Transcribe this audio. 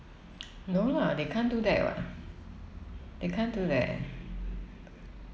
no lah they can't do that [what] they can't do that